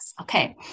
okay